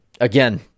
Again